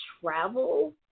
travel